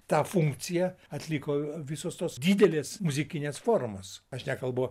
tą funkciją atliko visos tos didelės muzikinės formos aš nekalbu